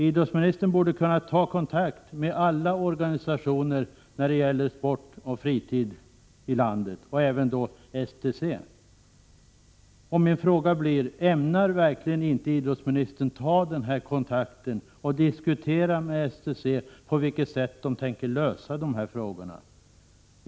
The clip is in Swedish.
Idrottsministern borde kunna ta kontakt med alla organisationer för sport och fritid i landet och då även STC. Min fråga blir: Ämnar verkligen idrottsministern inte ta denna kontakt och diskutera med STC på vilket sätt man där tänker lösa dessa frågor?